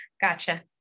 Gotcha